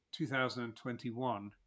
2021